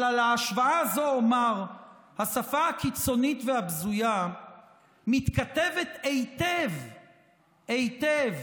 אבל על ההשוואה הזו אומר שהשפה הקיצונית והבזויה מתכתבת היטב היטב